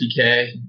50k